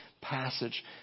passage